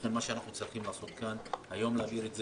לכן מה שאנחנו צריכים לעשות כאן זה היום להעביר את זה,